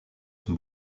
sont